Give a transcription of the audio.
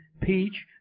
peach